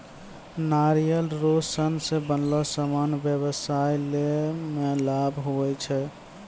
नारियल रो सन रो बनलो समान व्याबसाय मे लाभ हुवै छै